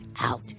Out